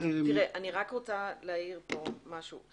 רק רוצה להעיר פה משהו,